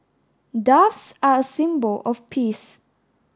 doves are a symbol of peace